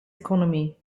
economy